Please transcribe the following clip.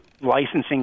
licensing